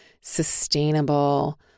sustainable